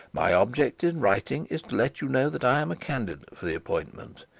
my object in writing is to let you know that i am a candidate for the appointment.